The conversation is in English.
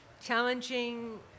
challenging